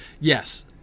yes